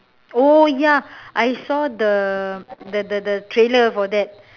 oh ya I saw the the the the trailer for that